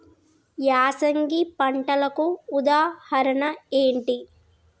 యాసంగి పంటలకు ఉదాహరణ ఏంటి?